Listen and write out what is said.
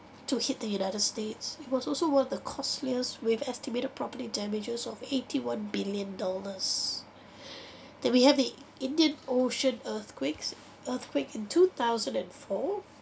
to hit the united states it was also worth the costliest with estimated property damages of eighty one billion dollars then we have the indian ocean earthquakes earthquake in two thousand and four